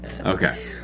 Okay